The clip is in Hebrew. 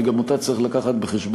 וגם אותה צריך להביא בחשבון,